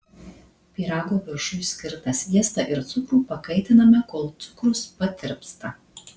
pyrago viršui skirtą sviestą ir cukrų pakaitiname kol cukrus patirpsta